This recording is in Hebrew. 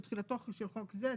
של תחילתו של חוק זה,